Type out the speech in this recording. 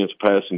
passing